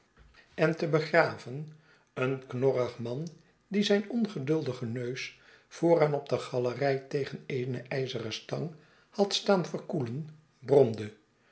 en te begraven een knorrig man die z'yn ongeduldigen neus vooraan op de galerij tegen eene ijzeren stang had staan verkoelen bromde